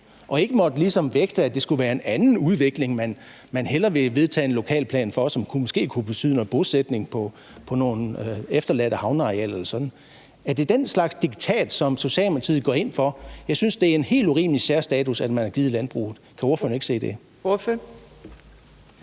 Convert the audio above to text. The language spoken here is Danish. ligesom måtte vægte, at der skulle være en anden udvikling, som man hellere ville vedtage en lokalplan for, og som måske kunne betyde, at der kom noget bosætning på nogle forladte havnearealer eller sådan noget? Er det den slags diktat, som Socialdemokratiet går ind for? Jeg synes, det er en helt urimelig særstatus, man har givet landbruget. Kan ordføreren ikke se det? Kl.